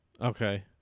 Okay